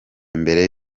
mbere